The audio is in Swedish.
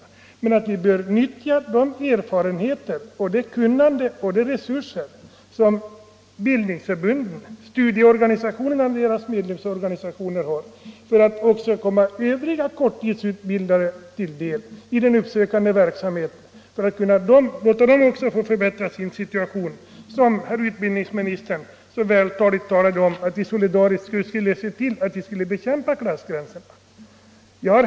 Därutöver har jag sagt, att vi bör utnyttja de erfarenheter, det kunnande och de resurser som bildningsförbunden, studieorganisationerna och deras medlemmar har för att med den uppsökande verksamheten nå även övriga korttidsutbildade så att de kan förbättra sin situation. Herr utbildningsministern talade ju mycket vältaligt om att vi skulle se till att bekämpa klassgränserna. Just det.